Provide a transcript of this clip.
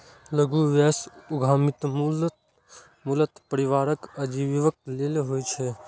लघु व्यवसाय उद्यमिता मूलतः परिवारक आजीविका लेल होइ छै